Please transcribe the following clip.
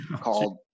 called